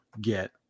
get